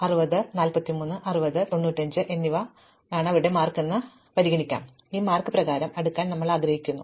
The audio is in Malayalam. അതിനാൽ അവർക്ക് 60 43 60 95 എന്നിവ ലഭിച്ചേക്കാം ഇപ്പോൾ ഇത് മാർക്ക് പ്രകാരം അടുക്കാൻ ഞങ്ങൾ ആഗ്രഹിച്ചേക്കാം